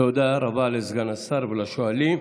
תודה רבה לסגן השר ולשואלים.